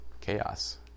Chaos